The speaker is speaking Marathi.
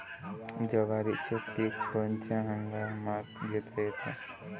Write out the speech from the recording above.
जवारीचं पीक कोनच्या हंगामात घेता येते?